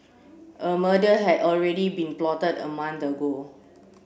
a murder had already been plotted a month ago